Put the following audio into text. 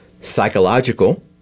psychological